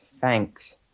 thanks